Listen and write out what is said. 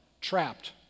trapped